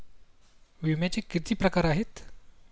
विम्याचे किती प्रकार आहेत?